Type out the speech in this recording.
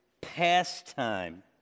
pastime